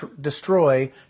destroy